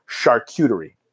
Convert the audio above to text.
charcuterie